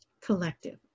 collective